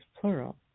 plural